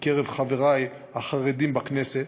מקרב חברי החרדים בכנסת,